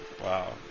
Wow